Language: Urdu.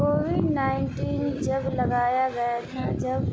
کووڈ نائنٹین جب لگایا گیا تھا جب